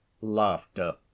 laughter